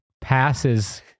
passes